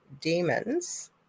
demons